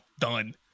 Done